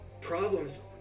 problems